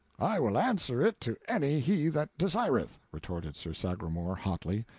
i will answer it to any he that desireth! retorted sir sagramor hotly.